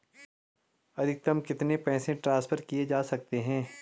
अधिकतम कितने पैसे ट्रांसफर किये जा सकते हैं?